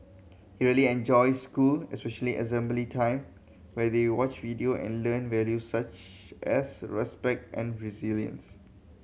he really enjoys school especially assembly time where they watch video and learn values such as respect and resilience